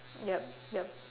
yup yup